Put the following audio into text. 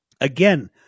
Again